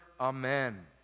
Amen